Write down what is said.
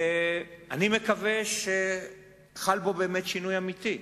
אני מקווה שחל בו באמת שינוי אמיתי.